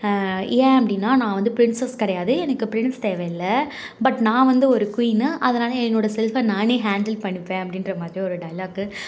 ஏன் அப்படின்னா நான் வந்து பிரின்சஸ் கிடையாது எனக்கு பிரின்ஸ் தேவையில்ல பட் நான் வந்து ஒரு குயினு அதனால் என்னோட செல்ஃபை நான் ஹேண்டில் பண்ணிப்பேன் அப்படின்ற மாதிரி ஒரு டைலாக்கு